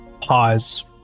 pause